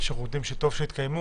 שירותים שטוב שיתקיימו,